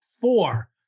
four